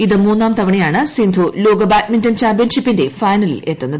ഇത് മൂന്നാം തവണയാണ് സിന്ധു ലോക ബ്ലാഡ്മിന്റൺ ചാമ്പ്യൻഷിപ്പിന്റെ ഫൈനലിൽ എത്തുന്നത്